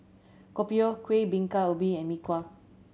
Kopi O Kueh Bingka Ubi and Mee Kuah